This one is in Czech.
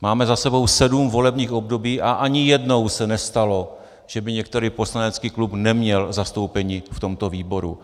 Máme za sebou sedm volebních období a ani jednou se nestalo, že by některý poslanecký klub neměl zastoupení v tomto výboru.